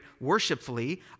worshipfully